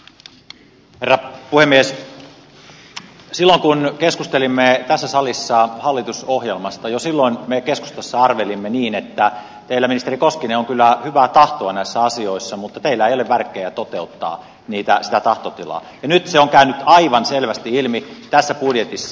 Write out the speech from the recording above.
jo silloin kun keskustelimme tässä salissa hallitusohjelmasta me keskustassa arvelimme niin että teillä ministeri koskinen on kyllä hyvää tahtoa näissä asioissa mutta teillä ei ole värkkejä toteuttaa sitä tahtotilaa ja nyt se on käynyt aivan selvästi ilmi tässä budjetissa